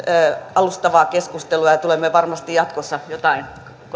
alustavaa keskustelua ja ja tulemme varmasti jatkossa jotain